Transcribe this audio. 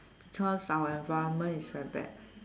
cause our environment is very bad